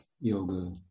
yoga